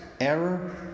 error